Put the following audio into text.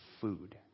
food